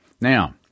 Now